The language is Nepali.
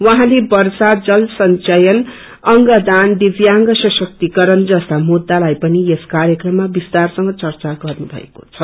उहाँले वर्षा जल संघयन अंगदान विव्यांग सशक्तिकरण जस्ता मुद्दालाई पनि यस कार्यक्रममा विस्तारसंग चर्चा गर्नुभएको छ